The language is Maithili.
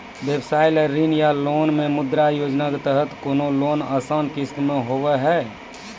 व्यवसाय ला ऋण या लोन मे मुद्रा योजना के तहत कोनो लोन आसान किस्त मे हाव हाय?